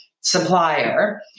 supplier